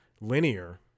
linear